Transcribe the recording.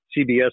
CBS